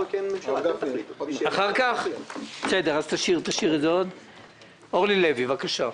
בבקשה, חברת הכנסת אורלי לוי.